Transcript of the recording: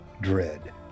dread